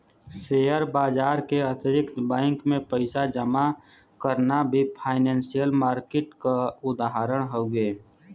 share बाजार के अतिरिक्त बैंक में पइसा जमा करना भी फाइनेंसियल मार्किट क उदाहरण हउवे